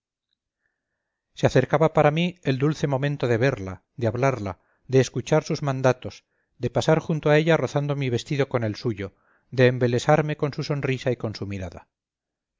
se acercaba para mí el dulce momento de verla de hablarla de escuchar sus mandatos de pasar junto a ella rozando mi vestido con el suyo de embelesarme con su sonrisa y con su mirada